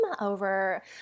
over